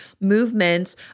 movements